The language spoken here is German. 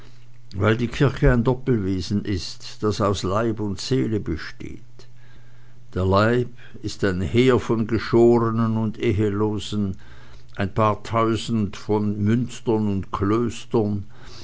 weil die kirche ein doppelwesen ist das aus leib und seele besteht der leib ist ein heer von geschorenen und ehelosen ein paar tausend von münstern und klöstern